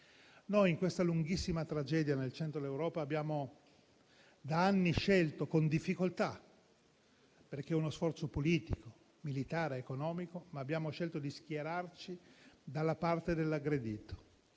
Noi in questa lunghissima tragedia nel centro dell'Europa abbiamo da anni scelto con difficoltà, perché è uno sforzo politico, militare, economico, di schierarci dalla parte dell'aggredito.